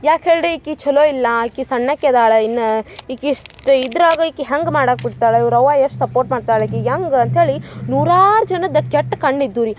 ಯಾಕೆ ಹೇಳ್ರಿ ಈಕಿ ಛಲೋ ಇಲ್ಲಾ ಆಕಿ ಸಣ್ಣಾಕಿ ಅದಳ ಇನ್ನ ಈಕಿ ಇಷ್ಟ ಇದ್ರಾಗ ಈಕಿ ಹೆಂಗೆ ಮಾಡಾಕೆ ಕುಂತಾಳ ಇವ್ರ ಅವ್ವ ಎಷ್ಟು ಸಪೋರ್ಟ್ ಮಾಡ್ತಳೆ ಈಕಿಗೆ ಹೆಂಗ್ ಅಂತೇಳಿ ನೂರಾರು ಜನದ್ ಕೆಟ್ಟ ಕಣ್ಣು ಇದ್ದು ರೀ